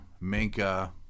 Minka